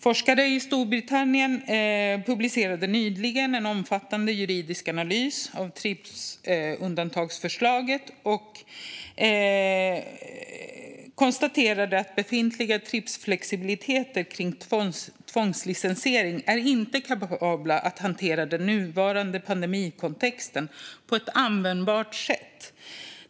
Forskare i Storbritannien publicerade nyligen en omfattande juridisk analys om Tripsundantagsförslaget. De konstaterade att befintliga Tripsflexibiliteter om tvångslicensering inte är kapabla att hantera den nuvarande pandemikontexten på ett användbart sätt.